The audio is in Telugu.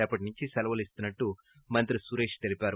రేపటినుంచి సెలవులు ఇస్తున్న ట్లు మంత్రి తెలిపారు